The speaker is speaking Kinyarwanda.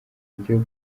buryo